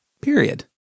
period